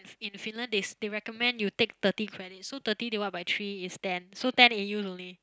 in Finland they s~ they recommend you take thirty credits so thirty divide by three is ten so ten A_Us only